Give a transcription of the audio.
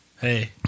Hey